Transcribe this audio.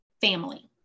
family